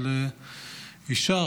אישה,